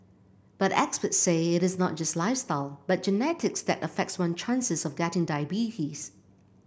but experts say it is not just lifestyle but genetics that affects one's chances of getting diabetes